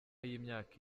y’imyaka